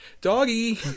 doggy